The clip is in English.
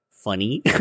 funny